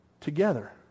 together